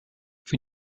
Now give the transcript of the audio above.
für